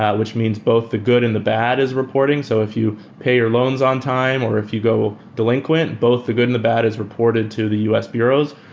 which means both the good and the bad is reporting. so if you pay your loans on time or if you go delinquent, both the good and the bad is reported to the us bureaus,